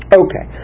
okay